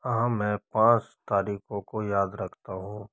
हाँ मैं पाँच तारीखों को याद रखता हूँ